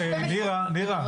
נירה, נירה.